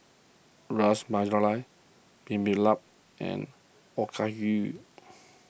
Ras Malai Bibimbap and Okayu